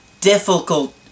difficult